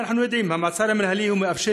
כי אנחנו יודעים שהמעצר המינהלי מאפשר